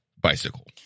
bicycle